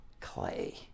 clay